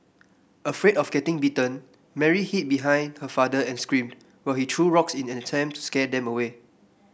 afraid of getting bitten Mary hid behind her father and screamed while he threw rocks in an attempt to scare them away